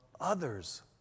others